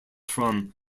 from